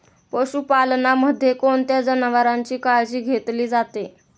पशुपालनामध्ये कोणत्या जनावरांची काळजी घेतली जाते?